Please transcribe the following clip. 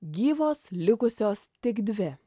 gyvos likusios tik dvi